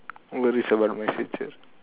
what is about my future